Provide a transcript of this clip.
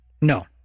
no